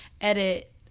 edit